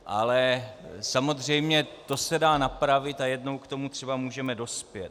Ale samozřejmě to se dá napravit a jednou k tomu třeba můžeme dospět.